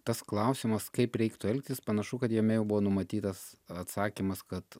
tas klausimas kaip reiktų elgtis panašu kad jame jau buvo numatytas atsakymas kad